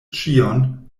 ĉion